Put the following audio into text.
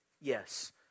Yes